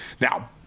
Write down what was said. Now